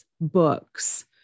books